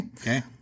Okay